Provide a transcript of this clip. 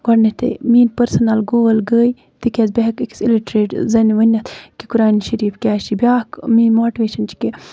گوڈٕنیٚتھٕے میٲنۍ personal goal گٔے تِکیازِ بہٕ ہیٚکہٕ أکِس اِلِٹریٹ زَنہِ ؤنِتھ کہِ قۄرانہِ شٔریٖف کیاہ چھُ بیاکھ میٲنۍ ماٹِویشن چھِ کہِ